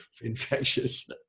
infectious